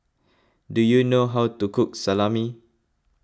do you know how to cook Salami